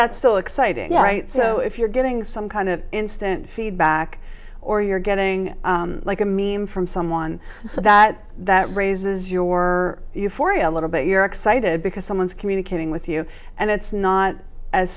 that's still exciting so if you're getting some kind of instant feedback or you're getting like a meme from someone that that raises your euphoria a little bit you're excited because someone's communicating with you and it's not as